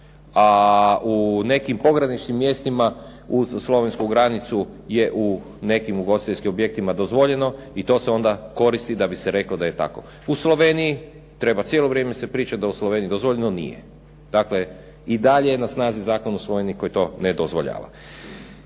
a u nekim pograničnim mjestima uz slovensku granicu je u nekim ugostiteljskim objektima dozvoljeno i to se onda koristi da bi se reklo da je tako. U Sloveniji, treba cijelo vrijeme se pričat da je u Sloveniji dozvoljeno, nije. Dakle, i dalje je na snazi zakon u Sloveniji koji to ne dozvoljava.